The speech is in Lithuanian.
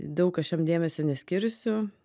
daug aš jam dėmesio neskirsiu